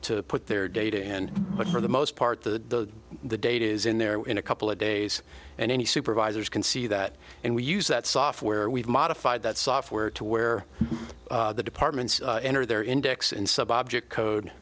to put their data in but for the most part the the data is in there in a couple of days and any supervisors can see that and we use that software we've modified that software to where the departments enter their index and sub object